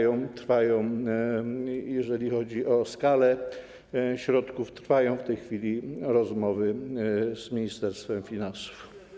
Jeżeli chodzi o skalę środków, trwają w tej chwili rozmowy z Ministerstwem Finansów.